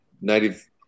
native